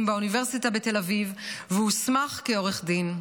באוניברסיטה בתל אביב והוסמך כעורך דין.